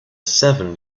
seven